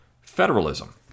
federalism